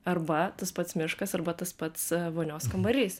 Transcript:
arba tas pats miškas arba tas pats vonios kambarys